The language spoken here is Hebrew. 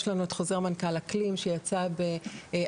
יש לנו את חוזר מנכ"ל אקלים שיצא ב-2015,